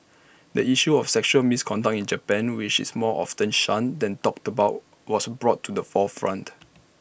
the issue of sexual misconduct in Japan which is more often shunned than talked about was brought to the forefront